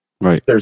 Right